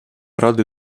ради